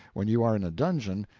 when you are in a dungeon,